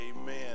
amen